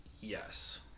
Yes